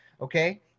Okay